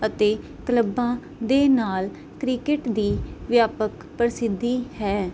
ਅਤੇ ਕਲੱਬਾਂ ਦੇ ਨਾਲ ਕ੍ਰਿਕਟ ਦੀ ਵਿਆਪਕ ਪ੍ਰਸਿੱਧੀ ਹੈ